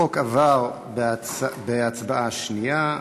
החוק עבר בקריאה שנייה.